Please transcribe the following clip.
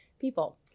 people